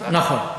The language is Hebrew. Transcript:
זה הכול.